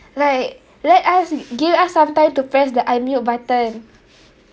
like let us give us some time to press the unmute button